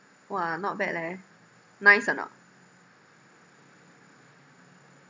!wah! not bad leh nice or not